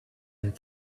and